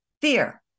fear